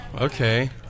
okay